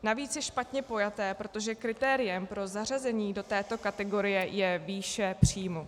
Navíc je špatně pojaté, protože kritériem pro zařazení do této kategorie je výše příjmu.